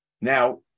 Now